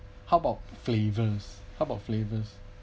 how about flavours how about flavours